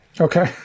Okay